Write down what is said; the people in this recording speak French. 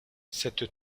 cette